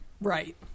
Right